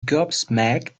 gobsmacked